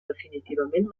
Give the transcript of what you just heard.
definitivament